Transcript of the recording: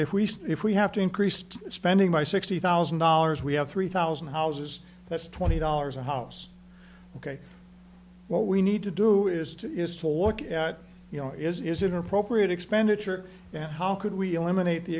see if we have to increased spending by sixty thousand dollars we have three thousand houses that's twenty dollars a house ok what we need to do is to is to look at you know is inappropriate expenditure and how could we eliminate the